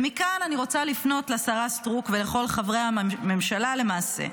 ומכאן אני פונה לשרה סטרוק ולכל חברי הממשלה למעשה: